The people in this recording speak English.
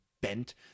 bent